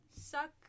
Suck